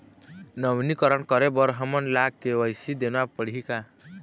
नवीनीकरण करे बर हमन ला के.वाई.सी देना पड़ही का?